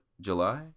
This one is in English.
July